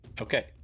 Okay